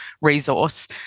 resource